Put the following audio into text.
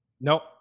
Nope